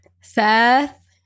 Seth